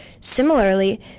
Similarly